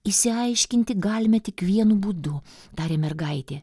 išsiaiškinti galime tik vienu būdu tarė mergaitė